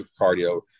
cardio